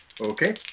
Okay